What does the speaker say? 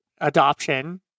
adoption